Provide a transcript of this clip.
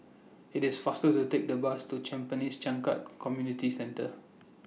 IT IS faster to Take The Bus to Tampines Changkat Community Centre